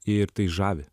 ir tai žavi